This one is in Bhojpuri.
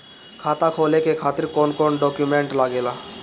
खाता खोले के खातिर कौन कौन डॉक्यूमेंट लागेला?